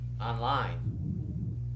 Online